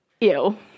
ew